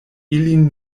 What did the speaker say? ilin